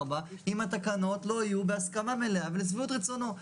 בה אם התקנות לא יהיו בהסכמה מלאה ולשביעות רצונו.